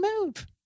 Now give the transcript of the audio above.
move